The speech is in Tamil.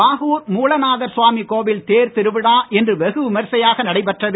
பாகூர் மூலநாதர் சுவாமி கோவில் தேர் திருவிழா இன்று வெகு விமரிசையாக நடைபெற்றது